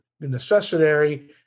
necessary